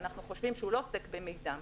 ואנחנו חושבים שהוא לא עוסק במידע.